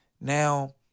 Now